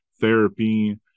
therapy